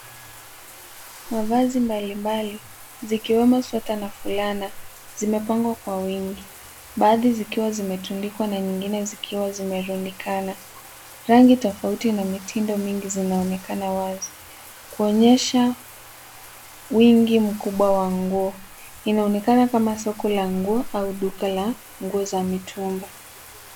Mavazi mbalimbali, zikiwemo sweater na fulana, zimepangwa kwa wingi. Baadhi zikiwa zimetundikwa na nyingine zikiwa zimeerundikana. Rangi tafauti na mitindo mingi zinaonekana wazi. Kuonyesha wingi mkubwa wa nguo. Inaonekana kama soko la nguo au duka la nguo za mitumba.